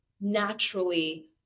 naturally